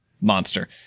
monster